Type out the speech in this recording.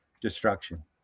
destruction